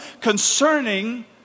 concerning